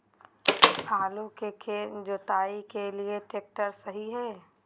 आलू का खेत जुताई के लिए ट्रैक्टर सही है?